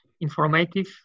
informative